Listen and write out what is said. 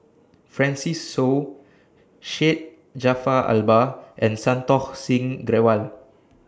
Francis Seow Syed Jaafar Albar and Santokh Singh Grewal